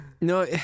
No